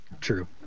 True